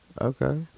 Okay